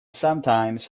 sometimes